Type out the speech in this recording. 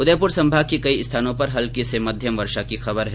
उदयपुर संभाग के कई स्थानों पर हल्की से मध्यम वर्षो की खबर है